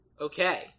okay